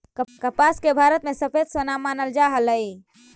कपास के भारत में सफेद सोना मानल जा हलई